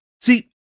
See